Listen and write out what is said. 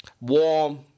warm